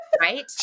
right